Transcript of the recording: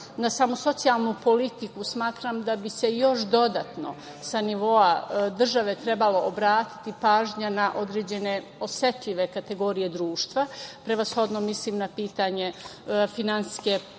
na samo socijalnu politiku smatram da bi se još dodatno sa nivoa države trebalo obratiti pažnja na određene osetljive kategorije društva, prevashodno mislim na pitanje finansijske pomoći